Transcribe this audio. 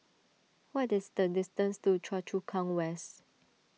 what is the distance to Choa Chu Kang West